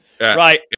Right